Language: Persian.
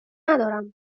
ندارم